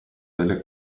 delle